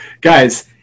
Guys